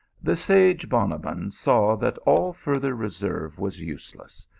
the sage bonabbon saw that all further reserve was useless,